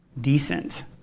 decent